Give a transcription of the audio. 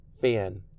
fan